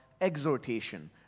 exhortation